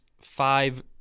five